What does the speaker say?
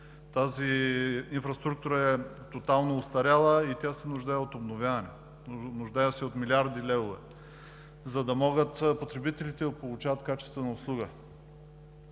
Тази инфраструктура е тотално остаряла и тя се нуждае от обновяване, нуждае се от милиарди левове, за да могат потребителите да получават качествена услуга.